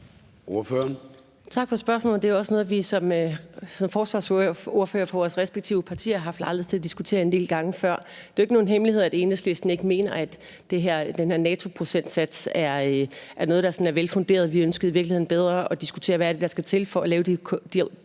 Tak for spørgsmålet. Det er også noget, som vi som forsvarsordførere for vores respektive partier har haft lejlighed til at diskutere en del gange før. Det er jo ikke nogen hemmelighed, at Enhedslisten ikke mener, at den her NATO-procentsats er noget, der sådan er velfunderet. Vi ønskede i virkeligheden hellere at diskutere, hvad det er, der skal til for at lave de